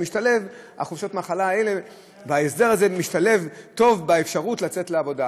חופשות המחלה האלה וההסדר הזה משתלבים טוב באפשרות לצאת לעבודה.